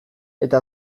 eta